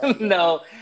No